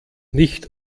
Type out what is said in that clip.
nicht